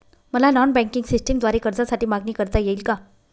मला non banking सिस्टमद्वारे कर्जासाठी मागणी करता येईल का?